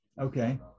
Okay